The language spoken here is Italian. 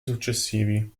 successivi